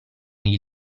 gli